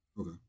Okay